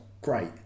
great